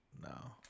No